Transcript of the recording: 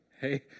hey